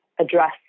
address